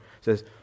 says